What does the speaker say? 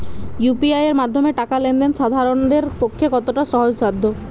UPI এর মাধ্যমে টাকা লেন দেন সাধারনদের পক্ষে কতটা সহজসাধ্য?